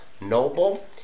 Noble